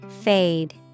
Fade